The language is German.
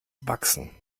wachsen